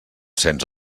cens